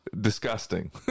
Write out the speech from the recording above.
disgusting